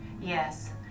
Yes